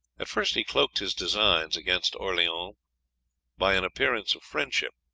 at first he cloaked his designs against orleans by an appearance of friendship,